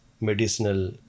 medicinal